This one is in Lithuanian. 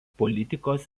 politikos